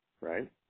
Right